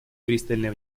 пристальное